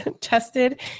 tested